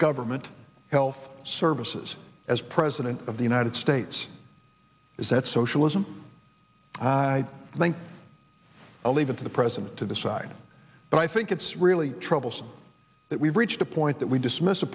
government health services as president of the united states is that socialism i think i'll leave it to the president to the side and i think it's really troublesome that we've reached the point that we dismiss a